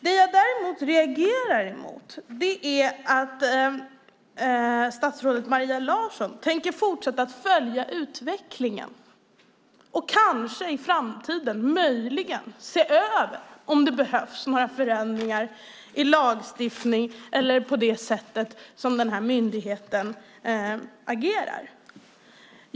Det jag däremot reagerar mot är att statsrådet Maria Larsson tänker fortsätta att följa utvecklingen och kanske i framtiden, möjligen, se över om det behövs några förändringar i lagstiftningen eller i det sätt som denna myndighet agerar.